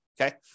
Okay